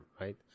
right